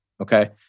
Okay